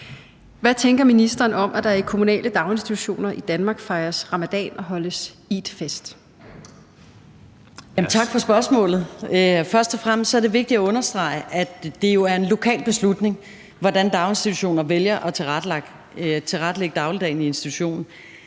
Hvad tænker ministeren om, at der i kommunale daginstitutioner i Danmark fejres ramadan og holdes eidfest? Kl. 13:35 Børne- og undervisningsministeren (Pernille Rosenkrantz-Theil): Tak for spørgsmålet. Først og fremmest er det vigtigt at understrege, at det jo er en lokal beslutning, hvordan daginstitutioner vælger at tilrettelægge dagligdagen i institution.